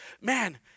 man